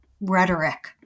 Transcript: rhetoric